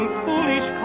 foolish